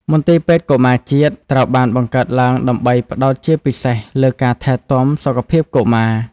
មន្ទីរពេទ្យកុមារជាតិ ត្រូវបានបង្កើតឡើងដើម្បីផ្ដោតជាពិសេសលើការថែទាំសុខភាពកុមារ។